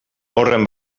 horren